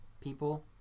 people